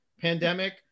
pandemic